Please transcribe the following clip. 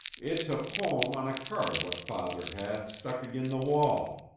it's a pome on a card what father had, stuck ag'in' the wall.